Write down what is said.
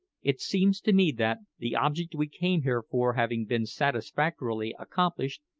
it seems to me that the object we came here for having been satisfactorily accomplished,